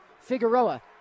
Figueroa